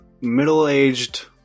middle-aged